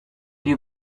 you